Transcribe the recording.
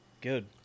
Good